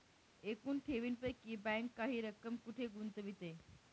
एकूण ठेवींपैकी बँक काही रक्कम कुठे गुंतविते?